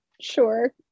sure